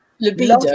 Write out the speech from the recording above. libido